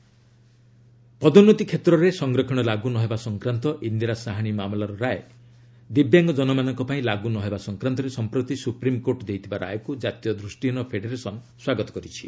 blind reservation ପଦୋନ୍ନତି କ୍ଷେତ୍ରରେ ସଂରକ୍ଷଣ ଲାଗୁ ନହେବା ସଂକ୍ରାନ୍ତ ଇନ୍ଦିରା ସାହାଣୀ ମାମଲାର ରାୟ' ଦିବ୍ୟାଙ୍ଗ ଜନମାନଙ୍କ ପାଇଁ ଲାଗୁ ନ ହେବା ସଂକ୍ରାନ୍ତରେ ସମ୍ପ୍ରତି ସୁପ୍ରିମ୍କୋର୍ଟ ଦେଇଥିବା ରାୟକୁ କାତୀୟ ଦୃଷ୍ଟିହୀନ ଫେଡେରେସନ ସ୍ୱାଗତ କରିଛି